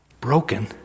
broken